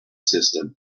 system